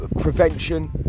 prevention